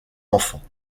enfants